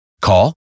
Call